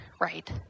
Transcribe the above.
right